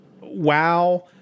WoW